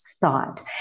thought